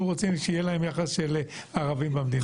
רוצים שיהיה כלפיהם יחס של ערבים במדינה.